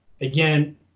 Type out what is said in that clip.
Again